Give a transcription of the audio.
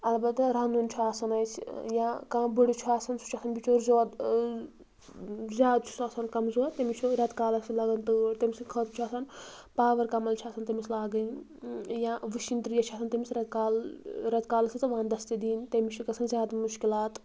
اَلبَتہ رَنُن چھُ آسان اَسہِ یا کانٛہہ بٕڑٕ چھُ آسان سُہ چھُ آسان بِچور زیادٕ چھُ سُہ آسان کَمزور تٔمِس چھُ رٮ۪تہٕ کالَس تہِ لَگان تۭر تٔمۍ سٕنٛدۍ خٲطرٕ چھُ آسان پاوَر کَمَل چھِ آسان تٔمِس لاگٕنۍ یا وٕشِنۍ ترٛیش چھِ آسان تٔمِس رٮ۪تہٕ کال رٮ۪تہٕ کالَس تہِ تہٕ ونٛدَس تہِ دِنۍ تٔمِس چھُ گژھان زیادٕ مُشکِلات